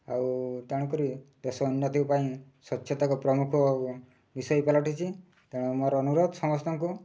ଆଉ ତେଣୁକରି ଦେଶ ଉନ୍ନତି ପାଇଁ ସ୍ୱଚ୍ଛତା ଏକ ପ୍ରମୁଖ ବିଷୟ ପାଲଟିଛି ତେଣୁ ମୋର ଅନୁରୋଧ ସମସ୍ତଙ୍କୁ